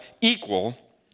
equal